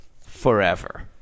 forever